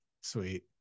Sweet